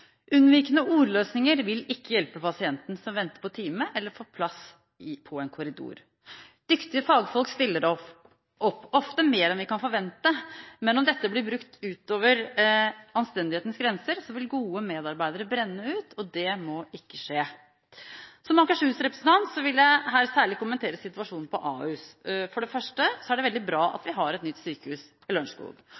Unnvikende ordløsninger vil ikke hjelpe pasienten som venter på time eller får plass i en korridor. Dyktige fagfolk stiller opp, ofte mer enn vi kan forvente, men om dette blir brukt ut over anstendighetens grenser, vil gode medarbeidere brenne ut. Det må ikke skje. Som akershusrepresentant vil jeg her særlig kommentere situasjonen på Ahus. For det første er det veldig bra at